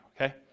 okay